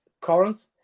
Corinth